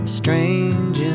strange